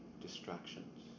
distractions